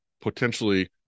potentially